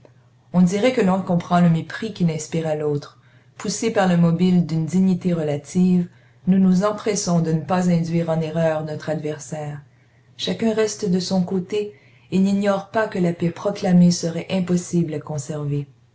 on dirait que l'un comprend le mépris qu'il inspire à l'autre poussés par le mobile d'une dignité relative nous nous empressons de ne pas induire en erreur notre adversaire chacun reste de son côté et n'ignore pas que la paix proclamée serait impossible à conserver